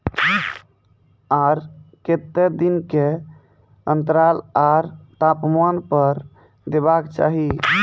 आर केते दिन के अन्तराल आर तापमान पर देबाक चाही?